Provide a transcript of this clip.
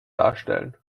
darstellen